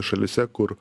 šalyse kur